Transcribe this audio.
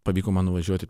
pavyko man nuvažiuoti